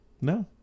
No